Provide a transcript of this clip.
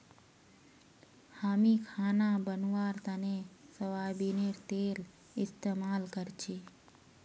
हामी खाना बनव्वार तने सोयाबीनेर तेल इस्तेमाल करछी